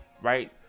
right